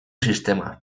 sistema